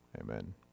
Amen